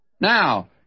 Now